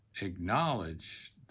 acknowledge